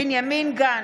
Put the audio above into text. בנימין גנץ,